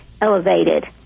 elevated